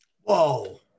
Whoa